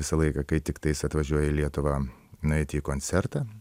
visą laiką kai tiktai jis atvažiuoja į lietuvą nueiti į koncertą